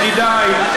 ידידיי,